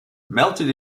melted